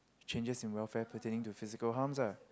changes in welfare pertaining to physical harms ah